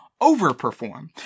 overperform